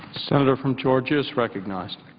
senator from georgia is recognized.